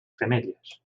femelles